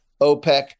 OPEC